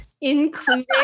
including